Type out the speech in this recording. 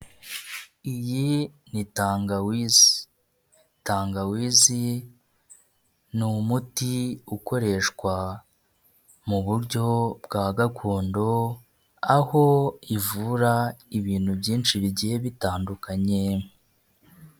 Iyi ni tangawizi. Tangawizi ni umuti ukoreshwa mu buryo bwa gakondo, aho ivura ibintu byinshi bigiye bitandukanye.